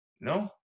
No